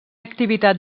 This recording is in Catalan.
activitat